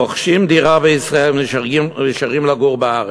רוכשים דירה בישראל ונשארים לגור בארץ.